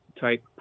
type